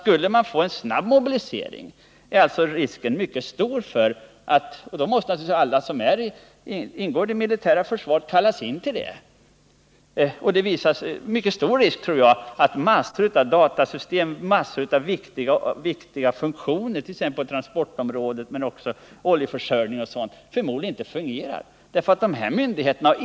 Skulle det bli en snabb mobilisering kallas alla som ingår i det militära försvaret in till detta. Det finns då en mycket stor risk, tror jag, att massor av datasystem, massor av viktiga funktioner på transportområdet, i fråga om oljeförsörjningen osv. inte fungerar, därför att nyckelpersoner försvinner till försvarsmakten.